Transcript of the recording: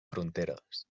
fronteres